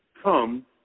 Come